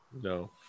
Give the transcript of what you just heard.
No